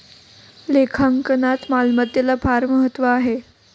लेखांकनात मालमत्तेला फार महत्त्व आहे